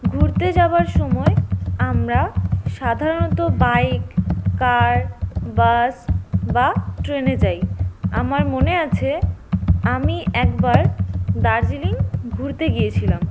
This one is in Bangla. ঘুরতে যাবার সময় আমরা সাধারণত বাইক কার বাস বা ট্রেনে যাই আমার মনে আছে আমি একবার দার্জিলিং ঘুরতে গিয়েছিলাম